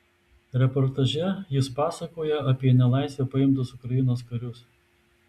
reportaže jis pasakoja apie į nelaisvę paimtus ukrainos karius